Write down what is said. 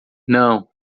não